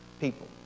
people